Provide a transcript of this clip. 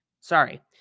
Sorry